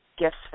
gifts